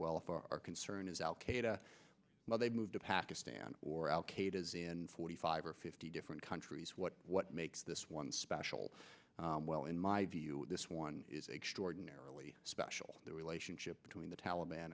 well if our concern is al qaeda they moved to pakistan or it is in forty five or fifty different countries what what makes this one special well in my view this one is extraordinarily special the relationship between the taliban